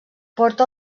porta